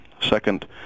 Second